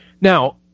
Now